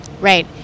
Right